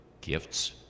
gifts